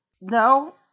No